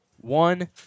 one